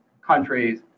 countries